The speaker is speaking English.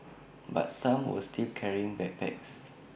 but some were still carrying backpacks